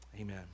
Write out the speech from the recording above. Amen